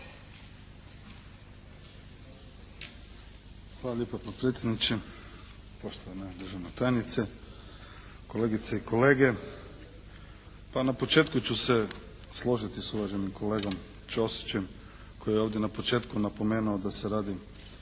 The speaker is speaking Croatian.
Hvala lijepo potpredsjedniče, poštovana državna tajnice, kolegice i kolege. Pa, na početku ću se složiti sa uvaženim kolegom Ćosićem koji je ovdje na početku napomenuo da se radi